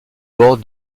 bord